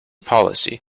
policy